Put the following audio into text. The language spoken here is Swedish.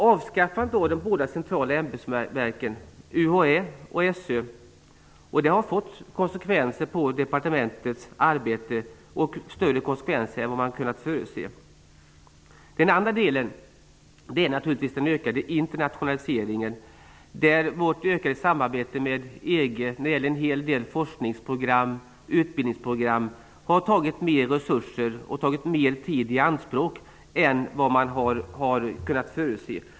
Avskaffandet av de båda centrala ämbetsverken UHÄ och SÖ har fått konsekvenser på departementets arbete och större konsekvenser än man kunnat förutse. Den andra delen är den ökade internationaliseringen. Vårt ökade samarbete med EG när det gäller en hel del forskningsprogram och utbildningsprogram har tagit mer resurser och mer tid i anspråk än vad man hade kunnat förutse.